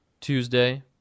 Tuesday